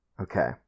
Okay